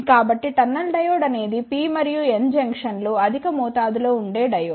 కాబట్టి tunnel diode అనేది P మరియు N జంక్షన్ లు అధిక మోతాదు లో ఉండే డయోడ్